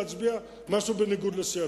להצביע על משהו בניגוד לסיעתך.